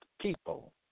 people